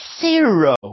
zero